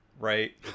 right